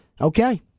Okay